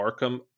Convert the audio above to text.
Arkham